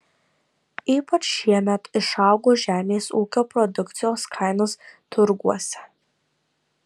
ypač šiemet išaugo žemės ūkio produkcijos kainos turguose